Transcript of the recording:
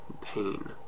Pain